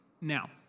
Now